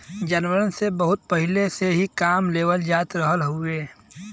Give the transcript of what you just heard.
जानवरन से बहुत पहिले से ही काम लेवल जात रहल हउवे